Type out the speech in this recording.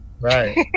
Right